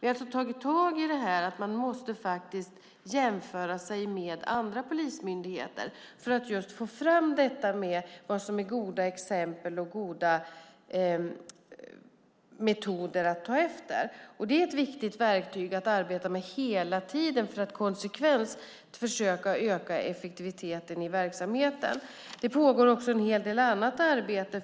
Vi har tagit tag i att man måste få jämföra sig med andra polismyndigheter för att få fram vad som är goda exempel och metoder att ta efter. Det är ett viktigt verktyg att arbeta med hela tiden för att försöka öka effektiviteten i verksamheten. Det pågår också en hel del annat arbete